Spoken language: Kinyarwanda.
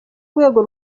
rwego